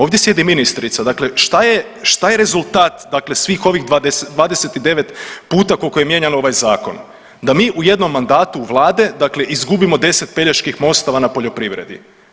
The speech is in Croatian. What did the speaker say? Ovdje sjedi ministrica, dakle šta je, šta je rezultat dakle svih ovih 29 puta koliko je mijenja ovaj zakon da mi u jednom mandatu vlade dakle izgubimo 10 Peljeških mostova na poljoprivredi.